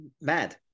Mad